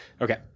okay